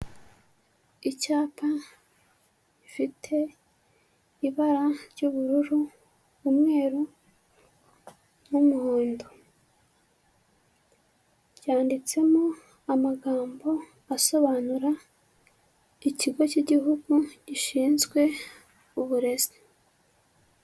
Icyapa gifite ibara ry'ubururu, umweru n'umuhondo. Ryanditsemo amagambo asobanura Ikigo cy'Igihugu Gishinzwe Uburezi.